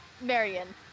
Marion